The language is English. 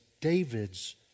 David's